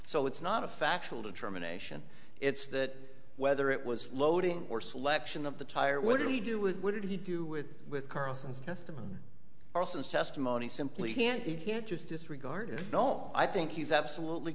so it's not a factual determination it's that whether it was loading or selection of the tire what did he do with what did he do with with carlson's testimony arsons testimony simply can't you can't just disregard it no i think he's absolutely